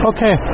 Okay